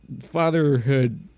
fatherhood